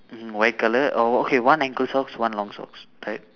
mm white colour oh okay one ankle socks one long socks right